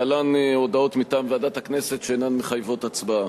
להלן הודעות מטעם ועדת הכנסת שאינן מחייבות הצבעה: